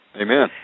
Amen